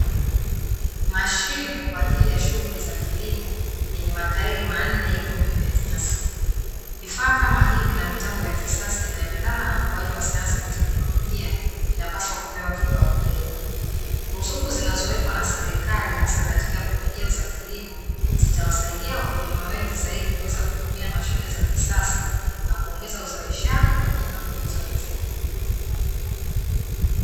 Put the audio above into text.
Mashine kwa ajili ya shughuli za kilimo, yenye matairi manne ipo juu ya nyasi. Vifaa kama hivi na mitambo ya kisasa inayoendana na ukuaji wa sayansi na teknolojia, vinapaswa kupewa kipaumbele. Ruzuku zinazowekwa na serikali hasa katika pembejeo za kilimo, zitawasaidia wakulima wengi zaidi kuweza kutumia mashine za kisasa na kuongeza uzalishaji pamoja na kukuza uchumi.